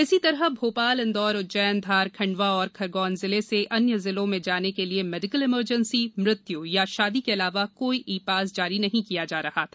इसी तरह भोपाल इंदौर उज्जैन धार खंडवा व खरगोन जिले से अन्य जिलों में जाने के लिए मेडिकल इमरजेंसी मृत्य् व शादी के अलावा कोई ई पास जारी नहीं किया जा रहा था